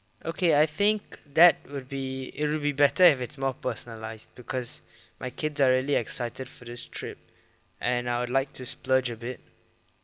okay I think that would be it would be better if it's more personalised because my kids are really excited for this trip and I would like to splurge a bit